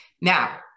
Now